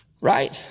right